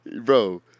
Bro